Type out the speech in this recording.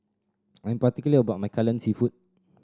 I am particular about my Kai Lan Seafood